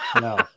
No